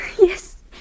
yes